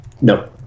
No